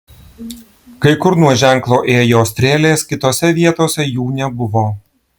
kai kur nuo ženklo ėjo strėlės kitose vietose jų nebuvo